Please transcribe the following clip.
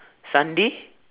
sunday